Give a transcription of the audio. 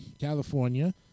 California